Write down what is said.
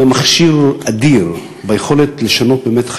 היה מכשיר אדיר ביכולת לשנות באמת את